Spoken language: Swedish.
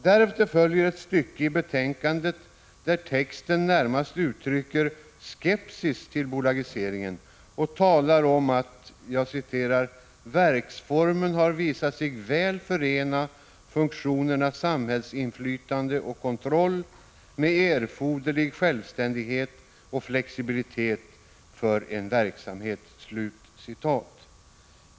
Därefter följer ett stycke i betänkandet där texten närmast uttrycker skepsis till bolagiseringen och där det talas om att ”verksformen har visat sig väl förena funktionerna samhällsinflytande och kontroll med erforderlig självständighet och flexibilitet för en verksamhet”.